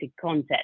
content